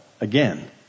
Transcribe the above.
Again